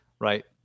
right